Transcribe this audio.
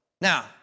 Now